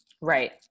Right